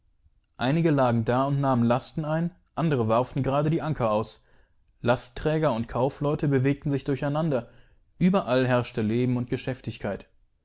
einige lagen da und nahmen lasten ein andere warfen gerade die anker aus lastträger und kaufleute bewegten sich durcheinander überall herrschtelebenundgeschäftigkeit